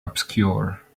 obscure